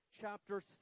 chapter